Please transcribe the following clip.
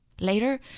Later